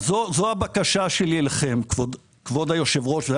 אז זו הבקשה שלי אליכם, כבוד יושב הראש.